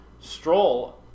Stroll